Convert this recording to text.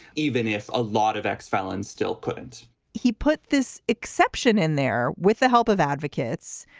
even if a lot of ex-felons still couldn't he put this exception in there with the help of advocates.